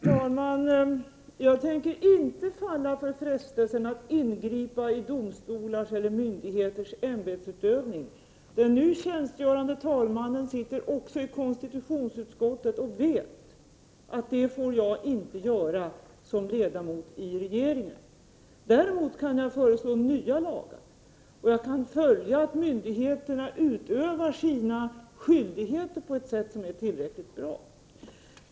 Herr talman! Jag tänker inte falla för frestelsen att ingripa i domstolars eller andra myndigheters ämbetsutövning. Den nu tjänstgörande talmannen sitter också i konstitutionsutskottet och vet att jag som ledamot av regeringen inte får göra det. Däremot kan jag föreslå nya lagar. Och jag kan följa att myndigheterna utövar sina skyldigheter på ett sätt som är tillräckligt bra.